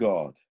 God